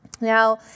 Now